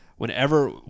Whenever